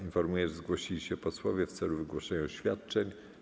Informuję, że zgłosili się posłowie w celu wygłoszenia oświadczeń.